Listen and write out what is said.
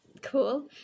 cool